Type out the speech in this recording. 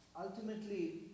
ultimately